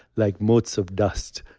like modes of dust,